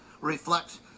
reflects